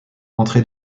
entrez